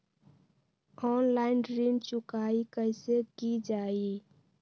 Online ऋण चुकाई कईसे की ञाई?